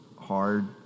hard